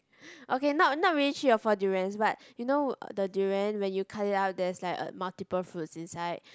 okay not not really three or four durians but you know uh the durian when you cut it out there's like uh multiple fruits inside